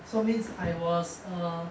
so means I was err